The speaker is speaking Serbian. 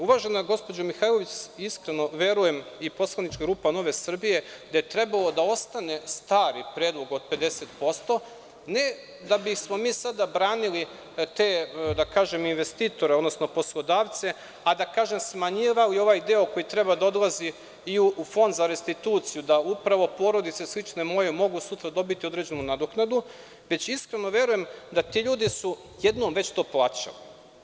Uvažena gospođo Mihajlović, iskreno verujem, i poslanička grupa Nove Srbije, da je trebalo da ostane stari predlog od 50%, ne da bismo mi sada branili te investitore, odnosno poslodavce, a, da kažem, smanjivali ovaj deo koji treba da odlazi i u Fond za restituciju, da upravo porodice sličnoj mojoj mogu sutra dobiti određenu nadoknadu, već iskreno verujem da su ti ljudi jedom već to plaćali.